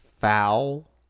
foul